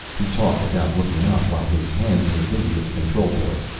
he talked without looking up, while his hands were busy at the control board.